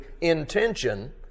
intention